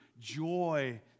joy